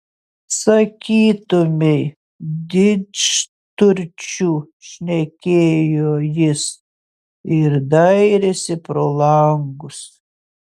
sakytumei didžturčių šnekėjo jis ir dairėsi pro langus